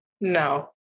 No